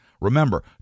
Remember